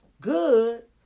good